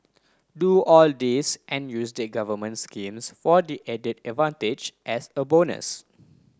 do all this and use the government schemes for the added advantage as a bonus